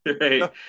right